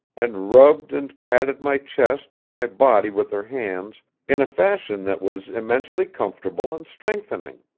and rubbed and patted my chest and my body with her hands in a fashion that was immensely comfortable and strengthening.